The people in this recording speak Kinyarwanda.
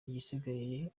isigaye